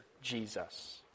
Jesus